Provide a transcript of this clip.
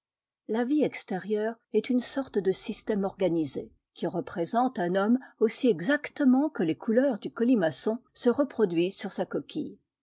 la vie extérieure est une sorte de système organisé qui représente un homme aussi exactement que les couleurs du colimaçon se reproduisent sur sa coquille